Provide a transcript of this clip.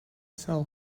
sell